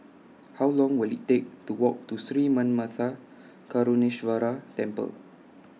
How Long Will IT Take to Walk to Sri Manmatha Karuneshvarar Temple